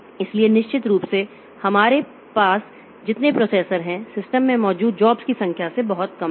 इसलिए निश्चित रूप से हमारे पास जितने प्रोसेसर हैं सिस्टम में मौजूद जॉब्स की संख्या से बहुत कम हैं